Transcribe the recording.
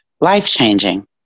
life-changing